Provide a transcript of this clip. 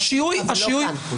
אבל זה לא כאן.